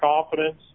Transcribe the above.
confidence